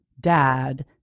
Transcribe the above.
dad